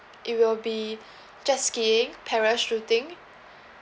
it will be jet skiing parachuting